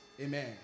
amen